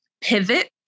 pivot